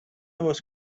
was